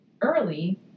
early